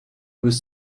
was